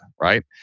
right